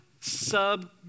sub